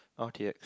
r_t_x